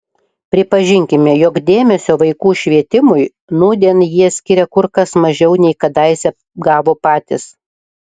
pripažinkime jog dėmesio vaikų švietimui nūdien jie skiria kur kas mažiau nei kadaise gavo patys